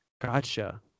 Gotcha